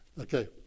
Okay